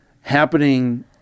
happening